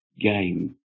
game